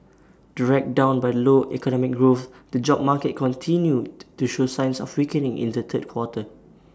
dragged down by low economic growth the job market continued to show signs of weakening in the third quarter